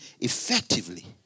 effectively